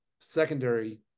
secondary